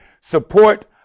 support